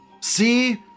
See